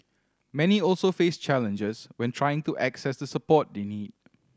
many also face challenges when trying to access the support they need